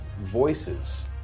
voices